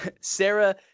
Sarah